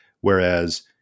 whereas